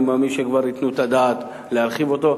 אני מאמין שכבר ייתנו את הדעת להרחיב אותו.